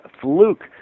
fluke